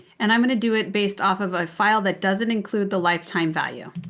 and i'm going to do it based off of a file that doesn't include the lifetime value.